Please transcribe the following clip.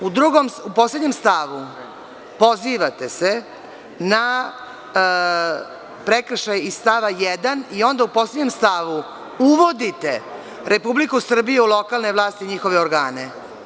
U poslednjem stavu pozivate se na prekršaj iz stava 1. i onda u poslednjem stavu uvodite Republiku Srbiju u lokalne vlasti i njihove organe.